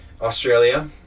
australia